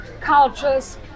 cultures